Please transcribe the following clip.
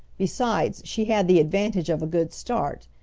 besides she had the advantage of a good start,